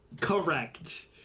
Correct